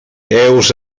heus